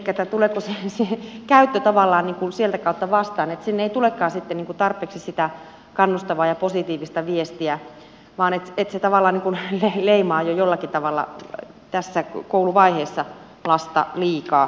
elikkä tuleeko se käyttö tavallaan sieltä kautta vastaan että sinne ei tulekaan sitten tarpeeksi sitä kannustavaa ja positiivista viestiä vaan se tavallaan leimaa jollakin tavalla jo tässä kouluvaiheessa lasta liikaa